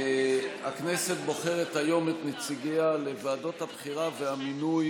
הכנסת בוחרת היום את נציגיה לוועדות הבחירה והמינוי